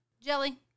Jelly